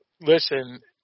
listen